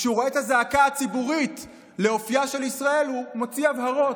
וכשהוא רואה את הזעקה הציבורית לאופייה של ישראל הוא מוציא הבהרות.